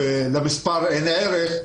למספר אין ערך,